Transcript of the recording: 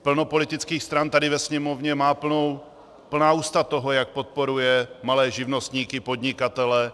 Plno politických stran tady ve Sněmovně má plná ústa toho, jak podporuje malé živnostníky, podnikatele.